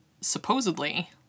supposedly